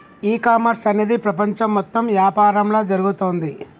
ఈ కామర్స్ అనేది ప్రపంచం మొత్తం యాపారంలా జరుగుతోంది